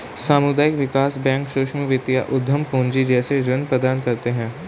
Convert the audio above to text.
सामुदायिक विकास बैंक सूक्ष्म वित्त या उद्धम पूँजी जैसे ऋण प्रदान करते है